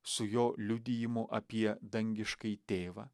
su jo liudijimu apie dangiškąjį tėvą